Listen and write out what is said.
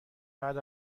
بعد